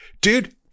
dude